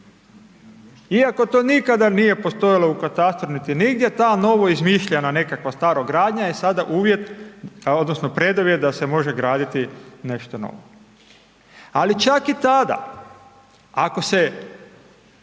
Iako to nikada nije postojalo u katastru niti nigdje, ta novoizmišljena nekakva starogradnja je sada uvjet odnosno preduvjet da se može graditi nešto novo. Ali čak i tada ako se